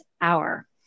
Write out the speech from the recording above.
hour